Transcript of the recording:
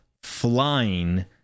flying